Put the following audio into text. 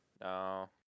No